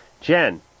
Jen